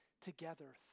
together